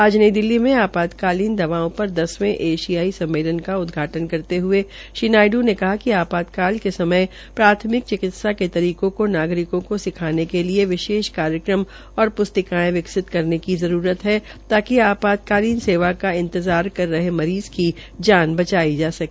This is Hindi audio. आज नई नई दिल्ली में आपातकालीन दवाओं पर दसवें एशियाई सम्मेलन का उदघाटन करते हये श्री नायडू ने कहा कि आपातकाल के समय प्राथमिक चिकित्सा के तरीकों को नागरिकों का सिखाने के लिए विशेष कार्यक्रम और प्रस्तिकायें विकसित करने की आवश्यक्ता है ताकि आपात्तकालीन सेवा का इंतजार कर हरे मरीज़ की जान बचाई जा सके